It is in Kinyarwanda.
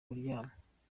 kuryama